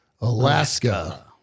Alaska